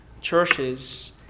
churches